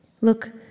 Look